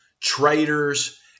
traitors